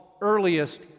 earliest